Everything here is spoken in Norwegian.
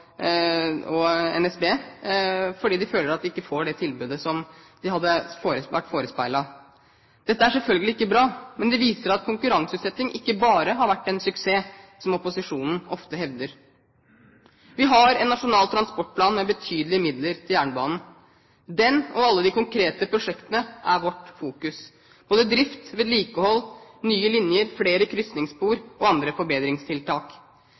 og NSB, for de føler at de ikke får det tilbudet som de ble forespeilet. Dette er selvfølgelig ikke bra, men det viser at konkurranseutsetting ikke bare har vært en suksess, som opposisjonen ofte hevder. Vi har en Nasjonal transportplan med betydelige midler til jernbanen. Den og alle de konkrete prosjektene er vårt fokus; både drift, vedlikehold, nye linjer, flere krysningsspor og andre forbedringstiltak.